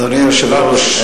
אדוני היושב-ראש,